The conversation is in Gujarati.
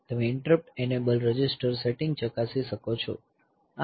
તમે ઇન્ટરપ્ટ એનેબલ રજીસ્ટર સેટિંગ ચકાસી શકો છો